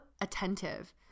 attentive